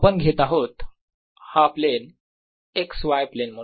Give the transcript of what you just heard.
आपण घेत आहोत हा प्लेन x y प्लेन म्हणून